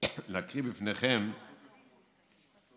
להקריא בפניכם קטע